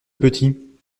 petit